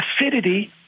acidity